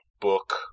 book